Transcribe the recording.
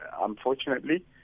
unfortunately